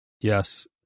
Yes